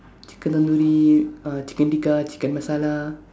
chicken tandoori uh chicken tikka chicken masala